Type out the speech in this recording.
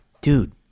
Dude